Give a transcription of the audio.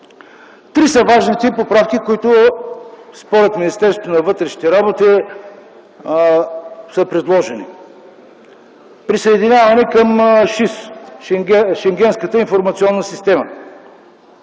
Три са важните поправки според Министерството на вътрешните работи. Присъединяване към Шенгенската информационна система